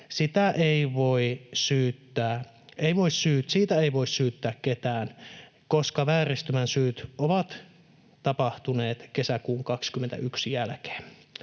Siitä ei voi syyttää ketään, koska vääristymän syyt ovat tapahtuneet kesäkuun 21 jälkeen,